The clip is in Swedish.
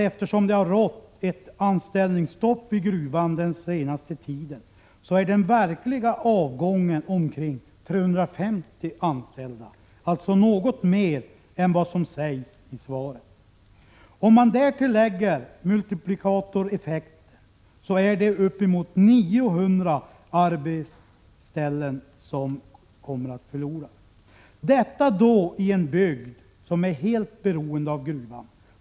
Eftersom det har rått anställningsstopp vid gruvan under den senaste tiden, omfattar den verkliga avgången omkring 350 anställda, alltså något mer än vad som nämns i svaret. Om man därtill lägger multiplikatoreffekten är det uppemot 900 arbetsställen som förloras — detta i en bygd som är helt beroende av gruvan.